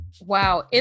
Wow